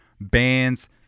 bands